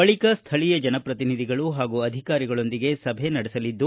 ಬಳಿಕ ಸ್ಥಳೀಯ ಜನಪ್ರತಿನಿಧಿಗಳು ಹಾಗೂ ಅಧಿಕಾರಿಗಳೊಂದಿಗೆ ಸಭೆ ನಡೆಸಲಿದ್ದು